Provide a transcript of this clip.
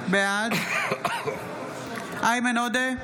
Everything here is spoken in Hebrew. בעד איימן עודה,